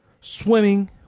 swimming